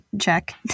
check